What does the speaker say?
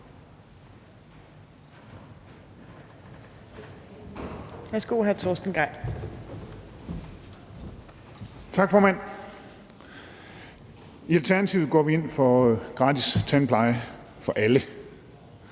I Alternativet går vi ind for gratis tandpleje for alle.